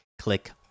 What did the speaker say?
click